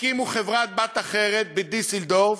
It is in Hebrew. הקימו חברה-בת אחרת בדיסלדורף,